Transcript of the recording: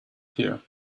here